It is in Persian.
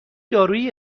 دارویی